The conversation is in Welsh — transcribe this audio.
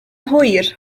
hwyr